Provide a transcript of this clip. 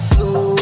Slow